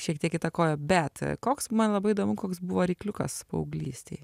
šiek tiek įtakojo bet koks man labai įdomu koks buvo rykliukas paauglystėj